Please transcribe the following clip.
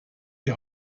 die